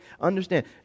Understand